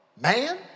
man